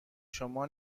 شما